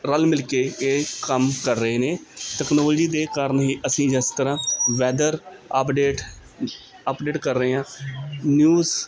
ਰਲ ਮਿਲ ਕੇ ਇਹ ਕੰਮ ਕਰ ਰਹੇ ਨੇ ਟੈਕਨੋਲੋਜੀ ਦੇ ਕਾਰਨ ਹੀ ਅਸੀਂ ਜਿਸ ਤਰ੍ਹਾਂ ਵੈਦਰ ਅਪਡੇਟ ਕਰ ਰਹੇ ਆਂ ਨਿਊਜ਼